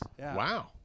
Wow